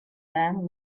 them